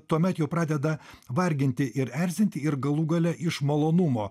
tuomet jau pradeda varginti ir erzinti ir galų gale iš malonumo